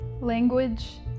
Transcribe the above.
language